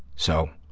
so,